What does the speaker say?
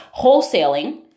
wholesaling